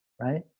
right